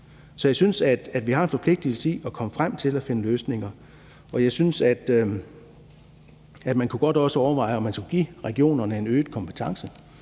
Så jeg synes, at vi har forpligtigelse til at komme frem til at finde løsninger, og jeg synes, at man også godt kunne overveje, om man skulle give regionerne en øget kompetence.